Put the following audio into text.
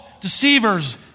deceivers